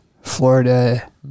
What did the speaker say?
Florida